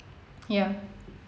ya